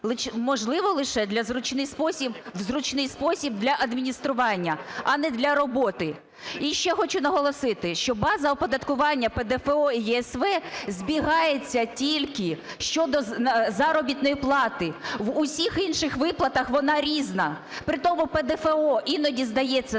можливо, лише в зручний спосіб для адміністрування, а не для роботи. І ще хочу наголосити, що база оподаткування ПДФО і ЄСВ збігається тільки щодо заробітної плати. В усіх інших виплатах вона різна. При тому ПДФО іноді здається